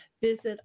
visit